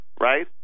Right